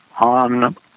on